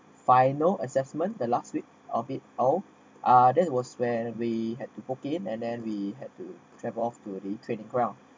final assessment the last week of it oh ah this was where we had to focus and then we had to travel off to the training ground